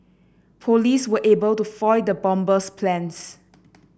police were able to foil the bomber's plans